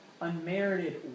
unmerited